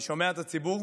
אני שומע את הציבור